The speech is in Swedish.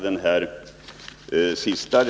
Herr talman!